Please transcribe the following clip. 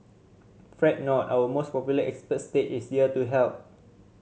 fret not our most popular expert stage is here to help